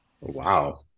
wow